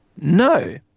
No